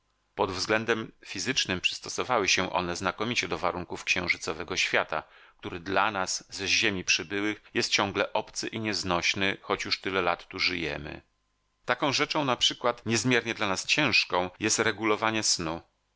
pod względem fizycznym przystosowały się one znakomicie do warunków księżycowego świata który dla nas z ziemi przybyłych jest ciągle obcy i nieznośny choć już tyle lat tu żyjemy taką rzeczą naprzykład niezmiernie dla nas ciężką jest regulowanie snu